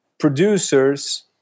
producers